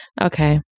Okay